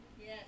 Yes